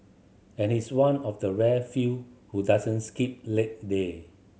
and he's one of the rare few who doesn't skip leg day